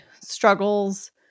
struggles